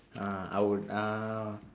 uh I would uh